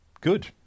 good